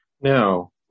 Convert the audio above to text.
Now